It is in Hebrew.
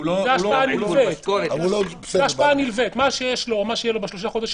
מה שיש לו או מה שיהיה לו בשלושה חודשים